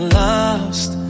lost